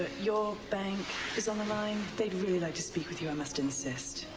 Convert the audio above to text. ah your bank is on the line. they'd really like to speak with you. i must insist.